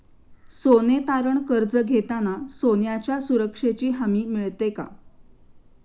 सोने तारण कर्ज घेताना सोन्याच्या सुरक्षेची हमी मिळते का?